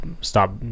stop